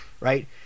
Right